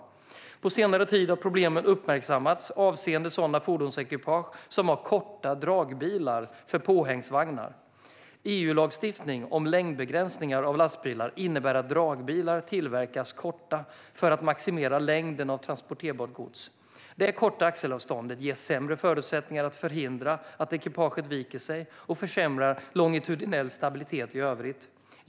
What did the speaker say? På senare tid har problem uppmärksammats avseende sådana fordonsekipage som har korta dragbilar för påhängsvagnar. EU-lagstiftning om längdbegränsningar av lastbilar innebär att dragbilar tillverkas korta för att maximera längden av transporterbart gods. Det korta axelavståndet ger sämre förutsättning att förhindra att ekipaget viker sig och försämrar longitudinell stabilitet i övrigt.